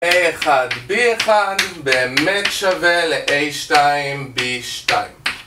A1, B1 באמת שווה ל-A2, B2